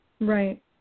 right